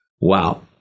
Wow